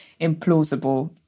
implausible